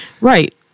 Right